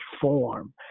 form